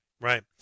Right